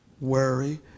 worry